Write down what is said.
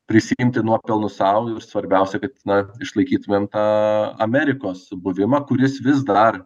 prisiimti nuopelnus sau ir svarbiausia kad na išlaikytumėm tą amerikos buvimą kuris vis dar